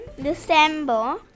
December